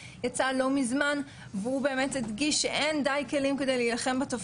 ומהנוער עלה שגם הם זקוקים לתכניות כאלה בבתי הספר,